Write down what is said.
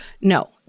No